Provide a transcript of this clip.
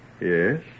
Yes